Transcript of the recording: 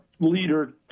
leader